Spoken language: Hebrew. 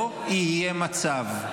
לא יהיה מצב,